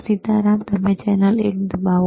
સીતારામ તમે ચેનલ એક દબાવો